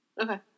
okay